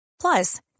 Plus